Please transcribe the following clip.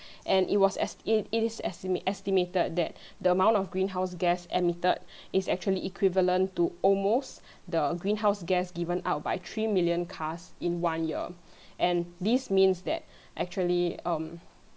and it was es~ it it is estimat~ estimated that the amount of green house gas emitted is actually equivalent to almost the green house gas given out by three million cars in one year and this means that actually um